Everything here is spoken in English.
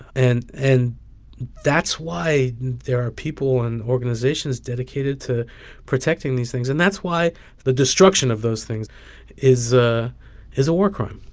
and and that's why there are people and organizations dedicated to protecting these things. and that's why the destruction of those things is ah is a war crime